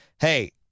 Hey